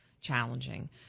challenging